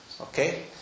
okay